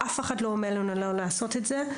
ואף אחד לא אומר לנו לא לעשות את זה,